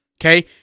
Okay